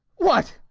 what!